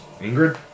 Ingrid